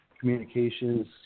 communications